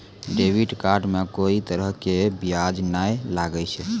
debit card मे कोई तरह के ब्याज नाय लागै छै